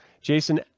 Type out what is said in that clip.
jason